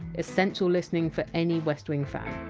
essential listening for any west wing fan